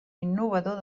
innovador